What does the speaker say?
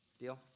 Deal